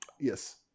Yes